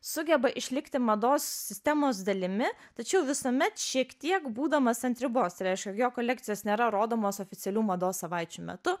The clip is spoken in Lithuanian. sugeba išlikti mados sistemos dalimi tačiau visuomet šiek tiek būdamas ant ribos tai reiškia jo kolekcijos nėra rodomos oficialių mados savaičių metu